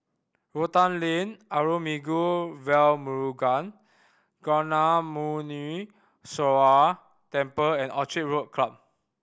Rotan Lane Arulmigu Velmurugan Gnanamuneeswarar Temple and Orchid Club